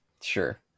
sure